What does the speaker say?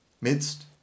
midst